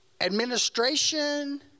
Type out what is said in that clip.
administration